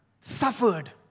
suffered